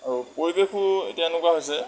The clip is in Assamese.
আৰু পৰিৱেশো এতিয়া এনেকুৱা হৈছে